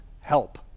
help